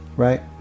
Right